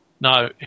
no